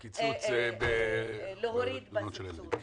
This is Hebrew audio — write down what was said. על קיצוץ במעונות של הילדים.